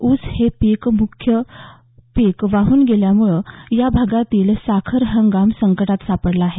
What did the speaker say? ऊस हे मुख्य पीक वाहून गेल्यामुळं या भागातला साखर हंगाम संकटात सापडला आहे